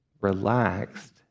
relaxed